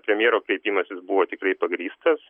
premjero kreipimasis buvo tikrai pagrįstas